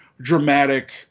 dramatic